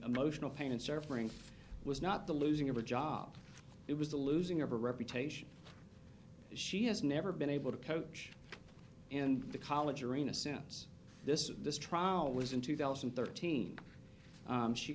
emotional pain and suffering was not the losing of a job it was the losing of a reputation she has never been able to coach and the college arena since this this trial was in two thousand and thirteen